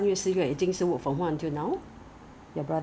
you are encouraged because his office the [one]